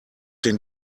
den